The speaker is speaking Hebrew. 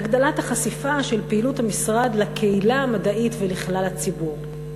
הגדלת החשיפה של פעילות המשרד לקהילה המדעית ולכלל הציבור.